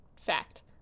Fact